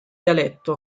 dialetto